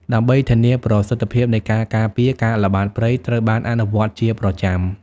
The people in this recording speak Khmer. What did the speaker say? ដើម្បីធានាប្រសិទ្ធភាពនៃការការពារ ការល្បាតព្រៃ ត្រូវបានអនុវត្តជាប្រចាំ។